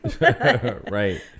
right